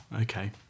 okay